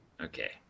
okay